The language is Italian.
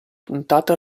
puntata